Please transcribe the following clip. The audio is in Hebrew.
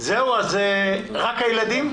זהו, זה רק הילדים?